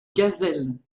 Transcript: gazelle